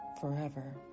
forever